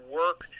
work